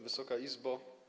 Wysoka Izbo!